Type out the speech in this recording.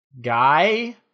guy